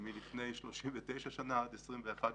מלפני 39 שנה עד 21 שנה.